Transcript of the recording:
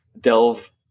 delve